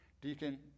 Deacon